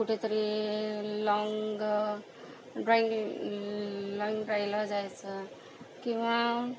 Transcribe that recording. कुठंतरी long drive long ड्राईव्हला जायचं किंवा